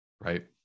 right